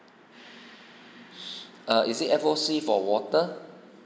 err is it F_O_C for water